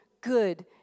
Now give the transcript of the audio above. good